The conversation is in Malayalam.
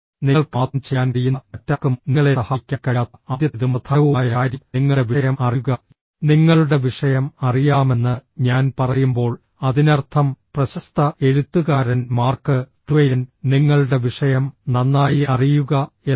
നിങ്ങൾക്ക് മാത്രം ചെയ്യാൻ കഴിയുന്ന മറ്റാർക്കും നിങ്ങളെ സഹായിക്കാൻ കഴിയാത്ത ആദ്യത്തേതും പ്രധാനവുമായ കാര്യം നിങ്ങളുടെ വിഷയം അറിയുക നിങ്ങളുടെ വിഷയം അറിയാമെന്ന് ഞാൻ പറയുമ്പോൾ അതിനർത്ഥം പ്രശസ്ത എഴുത്തുകാരൻ മാർക്ക് ട്വെയ്ൻ നിങ്ങളുടെ വിഷയം നന്നായി അറിയുക എന്നാണ്